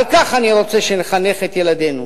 על כך אני רוצה שנחנך את ילדינו.